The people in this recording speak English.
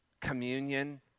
communion